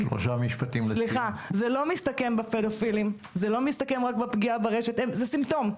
זה לא מסתכם רק בפגיעה ברשת, זה סימפטום.